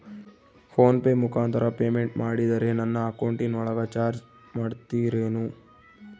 Phone pay ಮುಖಾಂತರ payment ಮಾಡಿದರೆ ನನ್ನ ಅಕೌಂಟಿನೊಳಗ ಚಾರ್ಜ್ ಮಾಡ್ತಿರೇನು?